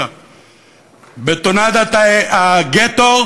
בטונדת הגטו,